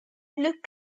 looked